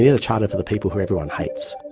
need a charter for the people who everyone hates.